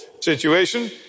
situation